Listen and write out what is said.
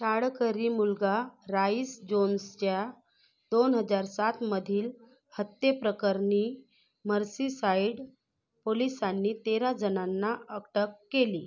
शाळकरी मुलगा राईस जोन्सच्या दोन हजार सातमधील हत्येप्रकरणी मर्सीसाइड पोलिसांनी तेराजणांना अटक केली